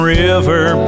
River